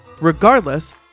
regardless